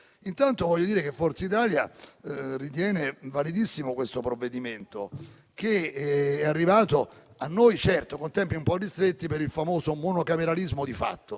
Intanto voglio dire che Forza Italia ritiene validissimo il provvedimento che è arrivato a noi, certo, con tempi un po' ristretti, per il famoso monocameralismo di fatto,